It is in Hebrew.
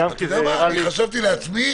אני חשבתי לעצמי,